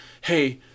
hey